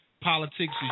politics